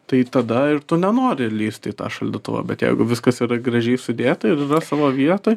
tai tada ir tu nenori lįsti į tą šaldytuvą bet jeigu viskas yra gražiai sudėta ir savo vietoj